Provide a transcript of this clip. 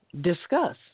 discuss